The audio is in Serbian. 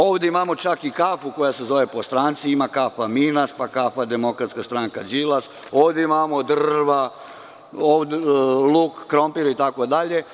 Ovde imamo čak i kafu koja se zove po stranci, imamo kafu „Minas“, kafa „Demokratska stranka Đilas“, imamo drva, luk, krompir, itd.